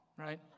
right